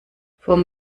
vom